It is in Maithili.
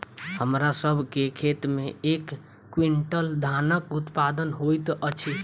हमरा सभ के खेत में एक क्वीन्टल धानक उत्पादन होइत अछि